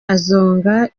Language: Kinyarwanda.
azonga